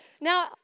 Now